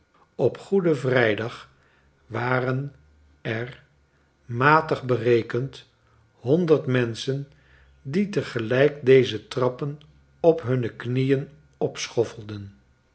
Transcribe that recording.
op goeden vrijdag waren er matig berekend honderd menschen die tegelijk deze trappen op hunne knieen opschoffelden